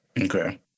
Okay